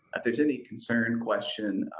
if there's any concern, question,